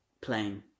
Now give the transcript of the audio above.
playing